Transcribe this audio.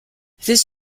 this